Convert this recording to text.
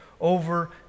over